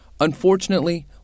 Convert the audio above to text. Unfortunately